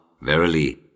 verily